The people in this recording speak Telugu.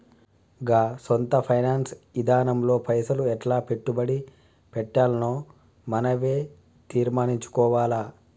గా సొంత ఫైనాన్స్ ఇదానంలో పైసలు ఎట్లా పెట్టుబడి పెట్టాల్నో మనవే తీర్మనించుకోవాల